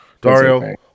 Dario